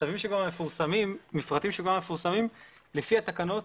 מפרטים שכבר מפורסמים, לפי התקנות